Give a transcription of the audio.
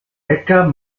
hacker